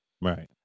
Right